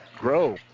Grow